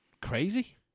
crazy